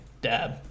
Dab